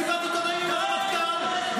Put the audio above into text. ושר הביטחון עושה מסיבת עיתונאים -- די עם זה.